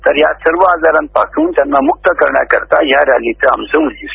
तर या सर्व आजारापासून त्यांना मुक्त करण्याकरिता या रॅलीचं आमचं उद्दिष्ट